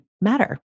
matter